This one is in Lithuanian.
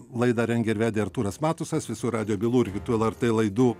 laidą rengė ir vedė artūras matusas visų radijo bylų ir kitų lrt laidų